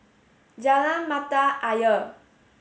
Jalan Mata Ayer